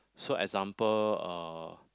so example uh